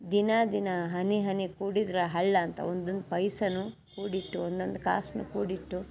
ದಿನ ದಿನ ಹನಿ ಹನಿ ಕೂಡಿದ್ರೆ ಹಳ್ಳ ಅಂತ ಒಂದೊಂದು ಪೈಸಾನೂ ಕೂಡಿಟ್ಟು ಒಂದೊಂದು ಕಾಸನ್ನು ಕೂಡಿಟ್ಟು